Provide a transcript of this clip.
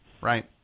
right